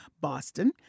Boston